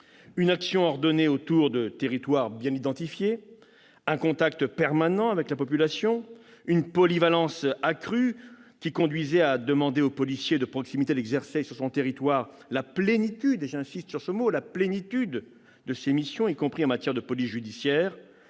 une action ordonnée autour de territoires bien identifiés ; un contact permanent avec la population ; une polyvalence accrue qui conduisait à demander au policier de proximité d'exercer, sur son territoire, la plénitude de ses missions, y compris en matière de police judiciaire